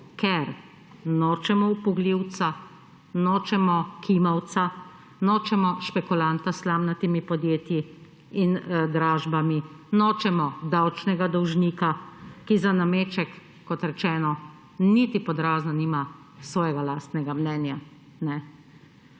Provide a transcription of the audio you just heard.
– 15.50 (nadaljevanje) nočemo špekulanta s slamnatimi podjetji in dražbami, nočemo davčnega dolžnika, ki za nameček kot rečeno niti pod razno nima svojega lastnega mnenja